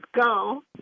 go